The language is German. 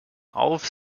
auf